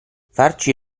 farci